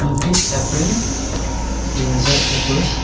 ঊনত্ৰিছ এপ্ৰিল দুহেজৰ একৈছ